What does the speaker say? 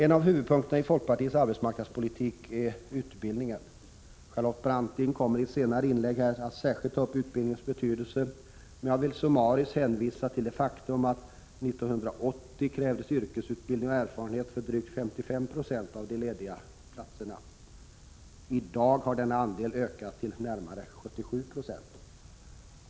En av huvudpunkterna i folkpartiets arbetsmarknadspolitik är utbildningen. Charlotte Branting kommer i ett senare inlägg här att särskilt ta upp utbildningens betydelse, men jag vill här summariskt hänvisa till det faktum att det år 1980 krävdes yrkesutbildning och erfarenhet för drygt 55 96 av de lediga platserna. I dag har denna andel ökat till närmare 77 70.